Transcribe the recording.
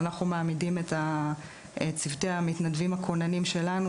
אנחנו מעמידים את צוותי המתנדבים הכוננים שלנו,